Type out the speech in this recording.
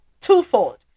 twofold